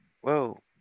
Whoa